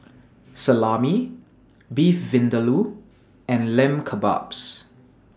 Salami Beef Vindaloo and Lamb Kebabs